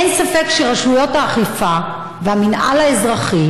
אין ספק שרשויות האכיפה והמינהל האזרחי